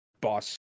boss